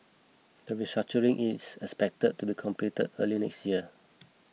the restructuring is expected to be completed early next year